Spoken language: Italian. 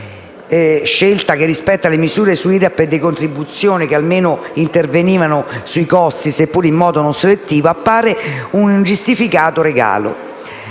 scelta che, rispetto alle misure su IRAP e decontribuzione che almeno intervenivano sui costi seppur in modo non selettivo, appare un ingiustificato "regalo